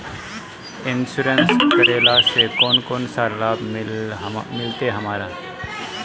Insurance करेला से कोन कोन सा लाभ मिलते हमरा?